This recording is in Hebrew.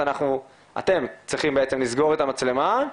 אתם צריכים בעצם לסגור את המצלמה,